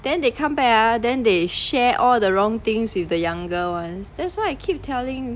then they come back ah then they share all the wrong things with the younger ones that's why I keep telling